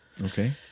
Okay